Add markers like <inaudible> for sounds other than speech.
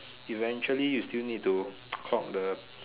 eventually you still need to <noise> clock the